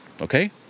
Okay